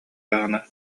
даҕаны